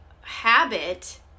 habit